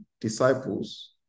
disciples